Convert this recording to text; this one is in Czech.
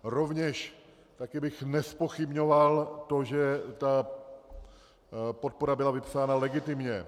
Rovněž bych také nezpochybňoval to, že ta podpora byla vypsána legitimně.